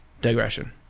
digression